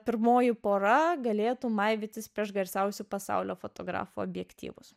pirmoji pora galėtų maivytis prieš garsiausių pasaulio fotografų objektyvus